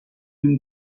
him